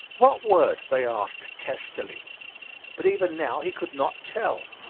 what word? they asked testily but even now he could not tell.